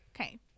okay